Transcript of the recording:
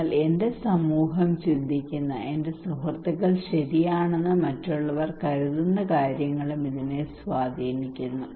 എന്നാൽ എന്റെ സമൂഹം ചിന്തിക്കുന്ന എന്റെ സുഹൃത്തുക്കൾ ശരിയാണെന്ന് മറ്റുള്ളവർ കരുതുന്ന കാര്യങ്ങളും ഇതിനെ സ്വാധീനിക്കുന്നു